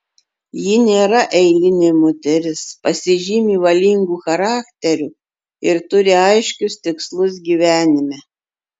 ji nėra eilinė moteris pasižymi valingu charakteriu ir turi aiškius tikslus gyvenime